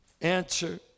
answer